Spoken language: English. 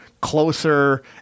closer